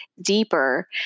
deeper